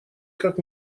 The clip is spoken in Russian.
как